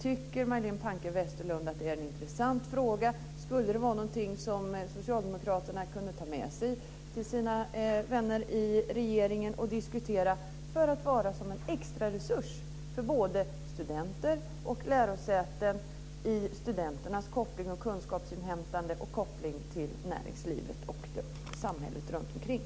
Tycker Majléne Westerlund Panke att det är en intressant fråga? Skulle det vara någonting som socialdemokraterna kunde ta med sig till sina vänner i regeringen och diskutera? Det handlar om att vara en extraresurs för studenter och lärosäten i fråga om kunskapsinhämtande och koppling till näringslivet och samhället runtomkring.